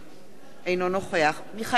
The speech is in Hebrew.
אינו נוכח מיכאל בן-ארי,